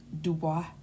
Dubois